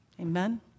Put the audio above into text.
Amen